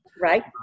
Right